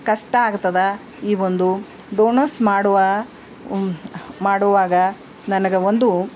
ಕಷ್ಟ ಆಗ್ತದ ಈ ಒಂದು ಡೋಣಸ್ ಮಾಡುವ ಮಾಡುವಾಗ ನನ್ಗೆ ಒಂದು